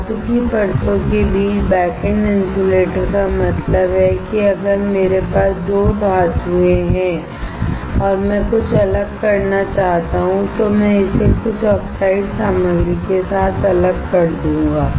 धातु की परतों के बीच बैकएंड इन्सुलेटर का मतलब है कि अगर मेरे पास दो धातुएं हैं और मैं कुछ अलग करना चाहता हूं तो मैं इसे कुछ ऑक्साइड सामग्री के साथ अलग कर दूंगा